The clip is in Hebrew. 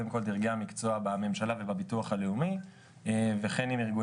הנושא החמישי והאחרון בסדרה,